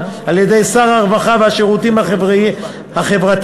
על-ידי שר הרווחה והשירותים החברתיים,